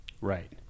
right